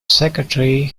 secretary